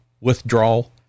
withdrawal